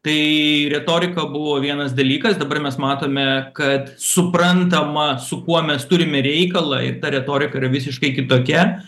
tai retorika buvo vienas dalykas dabar mes matome kad suprantama su kuo mes turime reikalą ir ta retorika yra visiškai kitokia